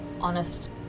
honest